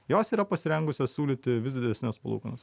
jos yra pasirengusios siūlyti vis didesnes palūkanas